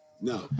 No